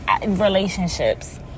relationships